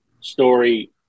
story